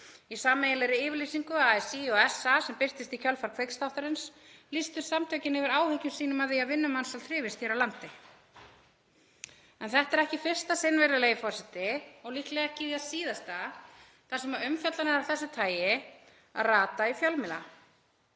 Í sameiginlegri yfirlýsingu ASÍ og SA, sem birtist í kjölfar Kveiksþáttarins, lýstu samtökin yfir áhyggjum sínum af því að vinnumansal þrifist hér á landi. En þetta er ekki í fyrsta sinn, virðulegi forseti, og líklega ekki í það síðasta þar sem umfjöllun af þessu tagi ratar í fjölmiðla.